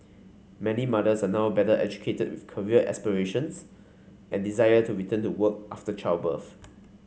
many mothers are now better educated with career aspirations and desire to return to work after childbirth